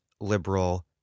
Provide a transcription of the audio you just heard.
liberal